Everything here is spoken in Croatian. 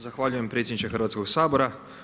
Zahvaljujem predsjedniče Hrvatskog sabora.